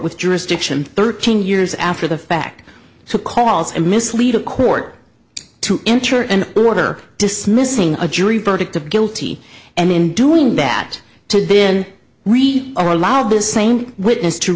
with jurisdiction thirteen years after the fact to cause and mislead a court to enter an order dismissing a jury verdict of guilty and in doing that to been read are allowed the same witness to